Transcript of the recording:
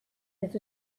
let